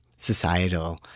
societal